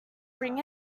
bring